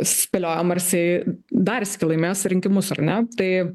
spėliojom ar jisai dar sykį laimės rinkimus ar ne tai